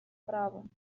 правом